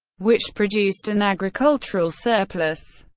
which produced an agricultural surplus.